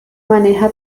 maneja